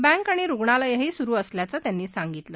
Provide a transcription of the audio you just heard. bank आणि रुग्णालयंही सुरु असल्याचंही त्यांनी सांगितलं